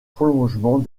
prolongement